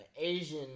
Asian